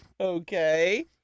Okay